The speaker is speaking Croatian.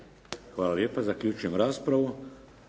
Hvala lijepo. Zaključujem raspravu.